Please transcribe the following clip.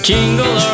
Jingle